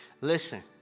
Listen